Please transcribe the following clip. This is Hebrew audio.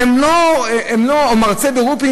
מרצה ברופין,